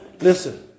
Listen